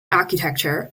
architecture